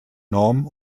norm